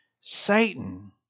Satan